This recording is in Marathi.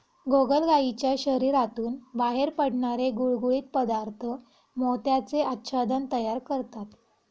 गोगलगायीच्या शरीरातून बाहेर पडणारे गुळगुळीत पदार्थ मोत्याचे आच्छादन तयार करतात